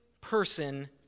person